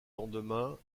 lendemain